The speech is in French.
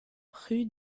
rue